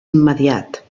immediat